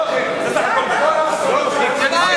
ברגע שאתה פונה אליו,